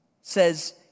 says